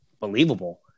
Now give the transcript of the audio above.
Believable